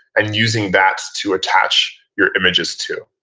and using that to attach your images to.